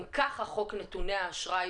גם כך כשנחקק חוק נתוני האשראי,